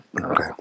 Okay